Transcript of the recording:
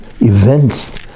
events